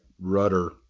rudder